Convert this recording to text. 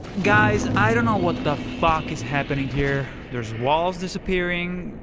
guys, i don't know what the f ah ck is happening here. there's walls disappearing,